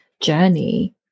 journey